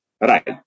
right